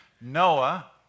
Noah